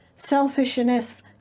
Selfishness